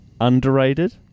Underrated